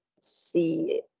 see